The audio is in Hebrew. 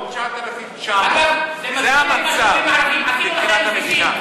9,900. זה המצב מבחינת המדינה.